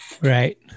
Right